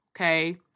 okay